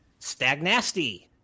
Stagnasty